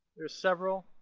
there's several.